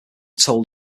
told